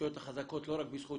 הרשויות החזקות לא רק בזכות